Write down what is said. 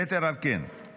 יתר על כן,